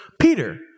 Peter